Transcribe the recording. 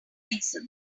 reasons